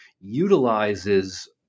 utilizes